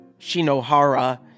Shinohara